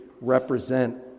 represent